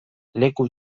leku